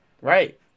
Right